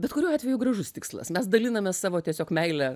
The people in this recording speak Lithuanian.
bet kuriuo atveju gražus tikslas mes dalinamės savo tiesiog meile